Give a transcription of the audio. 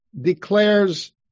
declares